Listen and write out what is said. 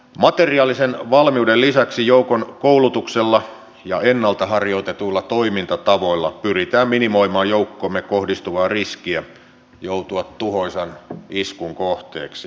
materiaalisen valmiuden lisäksi joukon koulutuksella ja ennalta harjoitetuilla toimintatavoilla pyritään minimoimaan joukkoihimme kohdistuvaa riskiä joutua tuhoisan iskun kohteeksi